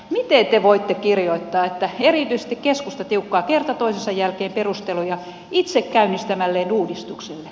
miten te voitte kirjoittaa että erityisesti keskusta tiukkaa kerta toisensa jälkeen perusteluja itse käynnistämälleen uudistukselle